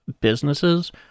businesses